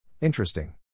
Interesting